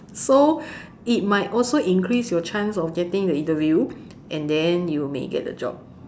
so it might also increase your chance of getting the interview and then you may get the job